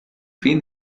fin